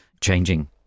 changing